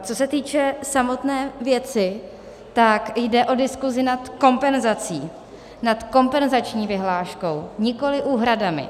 Co se týče samotné věci, tak jde o diskusi nad kompenzací, nad kompenzační vyhláškou, nikoli úhradami.